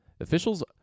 Officials